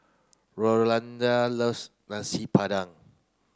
Rolanda loves Nasi Padang